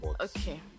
okay